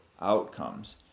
outcomes